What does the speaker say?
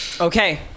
Okay